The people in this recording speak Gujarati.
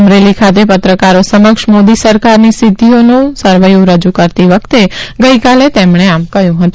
અમરેલી ખાતે પત્રકારો સમક્ષ મોદી સરકારની સિધ્ધિઓનું સરવૈયું રજૂ કરતી વખતે ગઇકાલે તેમણે આમ કહ્યું હતું